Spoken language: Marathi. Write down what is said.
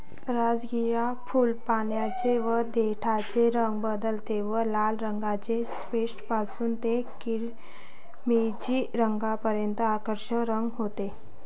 राजगिरा फुल, पानांचे व देठाचे रंग बदलते व लाल रंगाचे स्पेक्ट्रम पासून ते किरमिजी रंगापर्यंत आकर्षक रंग होते